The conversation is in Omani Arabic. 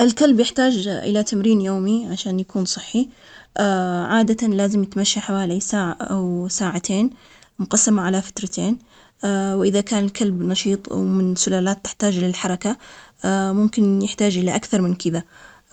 الكلب بيحتاج تقريباً من ثلاثين دقيقة لساعتين من التمارين يومياً, حسب نوعه عمره, لكلاب النشيطة, مثل الكلاب الراعية, أو الصيد, تحتاج تمارين أكثر, أما الكلاب